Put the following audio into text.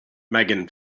megan